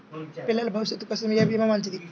పిల్లల భవిష్యత్ కోసం ఏ భీమా మంచిది?